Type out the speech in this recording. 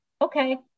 Okay